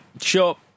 sure